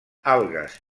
algues